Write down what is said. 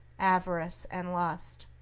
avarice and lust.